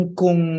kung